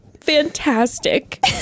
fantastic